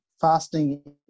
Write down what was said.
fasting